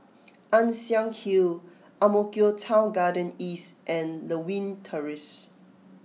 Ann Siang Hill Ang Mo Kio Town Garden East and Lewin Terrace